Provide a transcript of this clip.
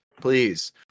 please